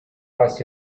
was